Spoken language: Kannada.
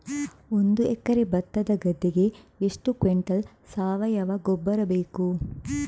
ಒಂದು ಎಕರೆ ಭತ್ತದ ಗದ್ದೆಗೆ ಎಷ್ಟು ಕ್ವಿಂಟಲ್ ಸಾವಯವ ಗೊಬ್ಬರ ಬೇಕು?